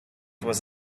was